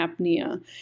apnea